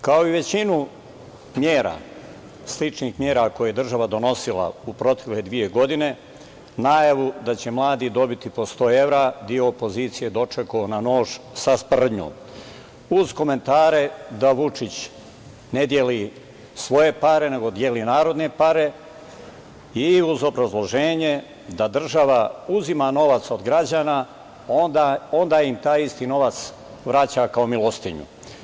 Kao i većinu mera, sličnih mera koje je država donosila u protekle dve godine, najavu da će mladi dobiti po sto evra deo opozicije dočekao je na nož, sa sprdnjom, uz komentare da Vučić ne deli svoje pare, nego deli narodne pare i uz obrazloženje da država uzima novac od građana i onda im taj isti novac vraća kao milostinju.